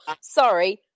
Sorry